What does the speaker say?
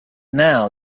now